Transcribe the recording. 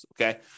okay